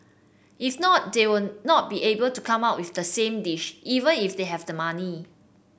if not they will not be able to come up with the same dish even if they have the money